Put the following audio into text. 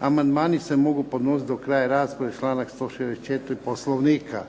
Amandmani se mogu podnositi do kraja rasprave, članak 164. Poslovnika.